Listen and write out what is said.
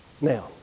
Now